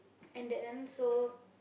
and that then so